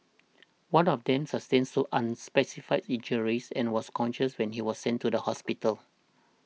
one of them sustained so unspecified injuries and was conscious when he was sent to hospital